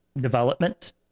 development